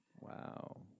Wow